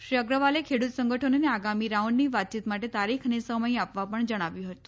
શ્રી અગ્રવાલે ખેડૂત સંગઠનોને આગામી રાઉન્ડની વાતચીત માટે તારીખ અને સમય આપવા પણ જણાવ્યું હતું